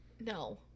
no